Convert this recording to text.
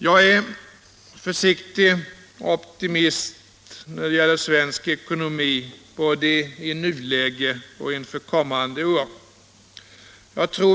Jag är försiktig optimist när det gäller svensk ekonomi både i nuläget och inför kommande år.